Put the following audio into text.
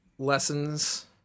Lessons